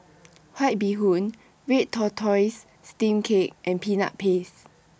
White Bee Hoon Red Tortoise Steamed Cake and Peanut Paste